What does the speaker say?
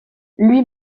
lui